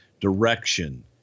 direction